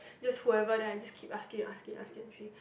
just whoever then I just keep asking asking asking asking